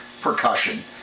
percussion